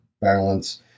balance